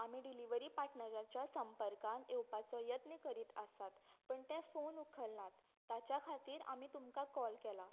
आमी डिलीवरी पार्टरांच्या संपर्कांत येवपाचो यत्न करीत आसात पण ते फोन उखलनात ताच्या खातीर आमी तुमकां कॉल केला